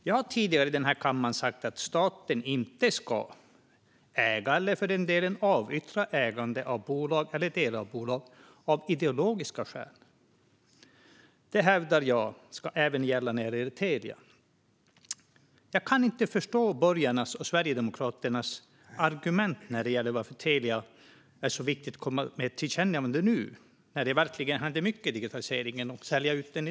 Jag har tidigare i denna kammare sagt att staten inte ska äga eller för den delen avyttra ägande av bolag eller delar av bolag av ideologiska skäl. Det ska även gälla Telia, hävdar jag. Jag kan inte förstå borgarnas och Sverigedemokraternas argument för att det är så viktigt att komma med ett tillkännagivande om att sälja ut Telia nu när det verkligen händer mycket i digitaliseringen.